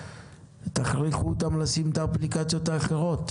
תכריחו אותם לשים את האפליקציות האחרות,